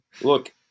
Look